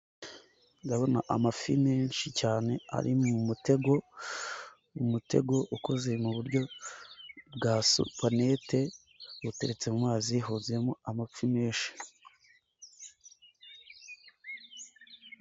Ndabona amafi menshi cyane ari mu mutego, umutego ukoze mu buryo bwa supanete uteretse mu mazi huzuyemo amafi menshi.